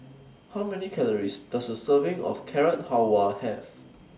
How Many Calories Does A Serving of Carrot Halwa Have